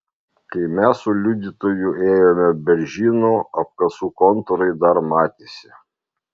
kai mes su liudytoju ėjome beržynu apkasų kontūrai dar matėsi